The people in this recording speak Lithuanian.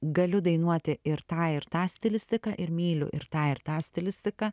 galiu dainuoti ir tą ir tą stilistiką ir myliu ir tą ir tą stilistiką